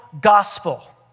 gospel